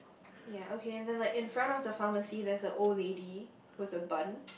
ya okay and then like in front of the pharmacy there's a old lady with the bun